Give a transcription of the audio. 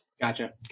Gotcha